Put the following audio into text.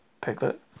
Piglet